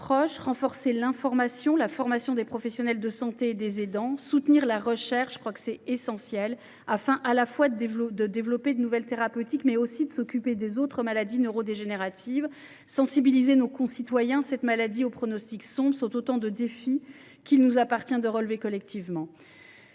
renforcer l’information et la formation des professionnels de santé et des aidants, soutenir la recherche – je crois que c’est essentiel – afin de développer de nouvelles thérapeutiques, mais également de s’occuper des autres maladies neurodégénératives, sensibiliser nos concitoyens à cette maladie au pronostic sombre : autant de défis qu’il nous appartient de relever collectivement